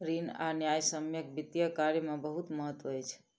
ऋण आ न्यायसम्यक वित्तीय कार्य में बहुत महत्त्व अछि